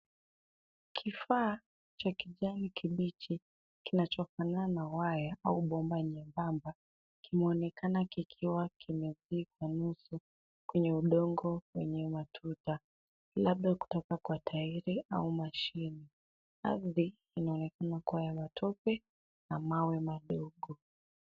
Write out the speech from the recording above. Kifaa cha kijani kibichi kinachofanana na waya au bomba nyembamba kimeonekana kikiwa kimezikwa nusu kwenye udongo wenye matuta, labda kutoka kwa tairi au mashine. Ardhi inaonekana kuwa ya matope na mawe madogo.